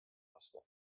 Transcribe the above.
vastu